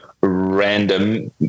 random